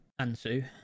Ansu